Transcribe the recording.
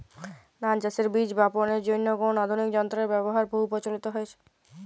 ধান চাষের বীজ বাপনের জন্য কোন আধুনিক যন্ত্রের ব্যাবহার বহু প্রচলিত হয়েছে?